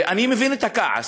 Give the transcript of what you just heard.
ואני מבין את הכעס.